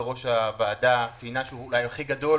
שיושבת-ראש הוועדה ציינה שהוא אולי הכי גדול